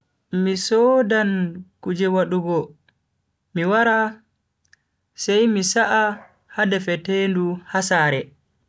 Mi sodan kuje wadugo mi wara mi sa'a ha defetendu ha sare.